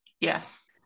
yes